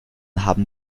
haben